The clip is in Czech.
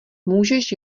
můžeš